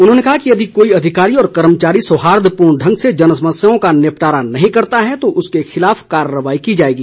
उन्होंने कहा कि यदि कोई अधिकारी व कर्मचारी सौहार्दपूर्ण ढंग से जनसमस्याओं का निपटारा नहीं करता है तो उसके खिलाफ कार्रवाई की जाएगी